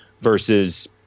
Versus